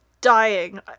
dying